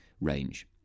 range